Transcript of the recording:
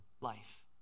life